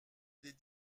des